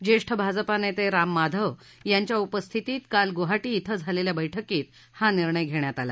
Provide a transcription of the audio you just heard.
ज्येष्ठ भाजपा नेते राम माधव यांच्या उपस्थितीत काल गुवाहाटी डिं झालेल्या बैठकीत हा निर्णय घेण्यात आला